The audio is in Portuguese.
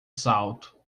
salto